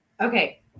Okay